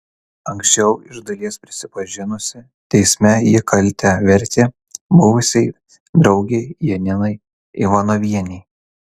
anksčiau iš dalies prisipažinusi teisme ji kaltę vertė buvusiai draugei janinai ivanovienei